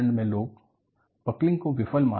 अन्य मापदंड में लोग बकलिंग को विफल मानते हैं